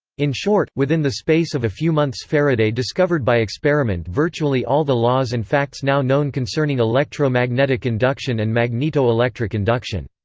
in short, within the space of a few months faraday discovered by experiment virtually all the laws and facts now known concerning electro-magnetic induction and magneto-electric induction.